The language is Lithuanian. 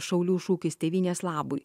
šaulių šūkis tėvynės labui